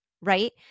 right